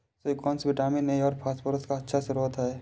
squash vitamin A और phosphorus का अच्छा श्रोत है